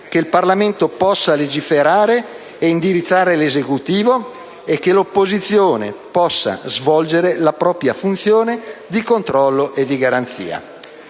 che il Parlamento possa legiferare e indirizzare l'Esecutivo e che l'opposizione possa svolgere la propria funzione di controllo e di garanzia.